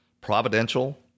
providential